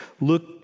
Look